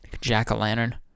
Jack-o'-lantern